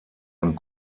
und